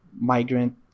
migrant